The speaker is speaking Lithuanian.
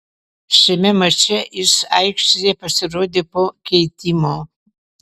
šiame mače jis aikštėje pasirodė po keitimo